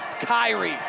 Kyrie